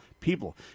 people